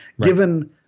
given